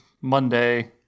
Monday